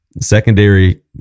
secondary